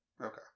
Okay